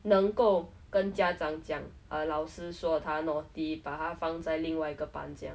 能够跟家长讲 err 老师说他 naughty 把他放在另外一个班这样